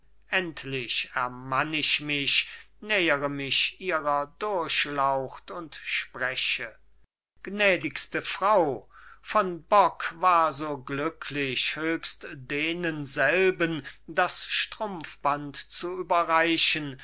endlich ermann ich mich nähere mich ihrer durchlaucht und spreche gnädigste frau von bock war so glücklich höchstdenenselben das strumpfband zu überreichen